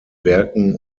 werken